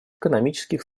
экономических